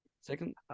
second